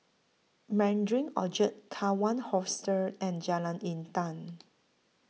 Mandarin Orchard Kawan Hostel and Jalan Intan